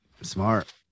smart